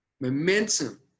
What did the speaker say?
momentum